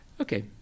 Okay